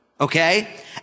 Okay